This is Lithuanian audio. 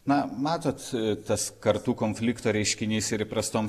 na matot tas kartų konflikto reiškinys ir įprastom